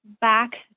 back